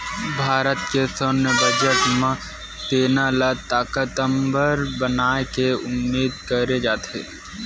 भारत के सैन्य बजट म सेना ल ताकतबर बनाए के उदिम करे जाथे